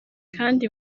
kandi